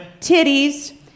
titties